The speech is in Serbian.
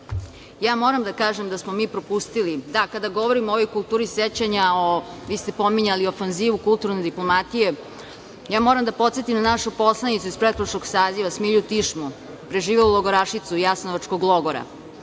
sačuvamo. Moram da kažem da smo mi propustili da kada govorimo o ovoj kulturi sećanja vi ste pominjali ofanzivu kulturne diplomatije, moram da podsetim na našu poslanicu iz pretprošlog saziva, Smilju Tišmu, preživelu logorašicu Jasenovačkog logora.